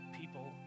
people